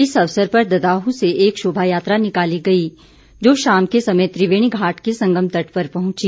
इस अवसर पर ददादू से एक शोभा यात्रा निकाली गई जो शाम के समय त्रिवेणी घाट के संगम तट पर पहुंची